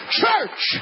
church